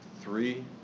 three